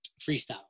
freestyle